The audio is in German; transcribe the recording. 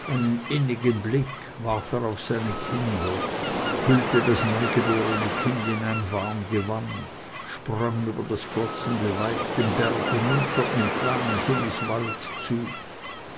innigen blick warf er auf seine kinder hüllte das neugeborne kind in sein warm gewand sprang über das glotzende weib den berg hinunter das tal entlang sumiswald zu